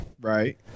Right